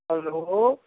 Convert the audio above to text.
hello